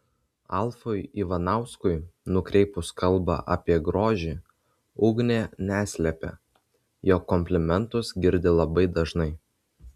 alfui ivanauskui nukreipus kalbą apie grožį ugnė neslėpė jog komplimentus girdi labai dažnai